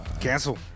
Cancel